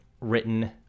written